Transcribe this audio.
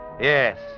Yes